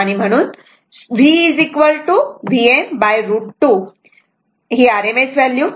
म्हणून v Vm√ 2 RMS value